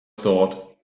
thought